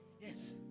Yes